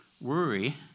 worry